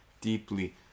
deeply